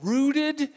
Rooted